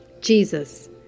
Jesus